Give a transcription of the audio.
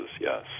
yes